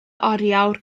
oriawr